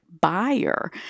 buyer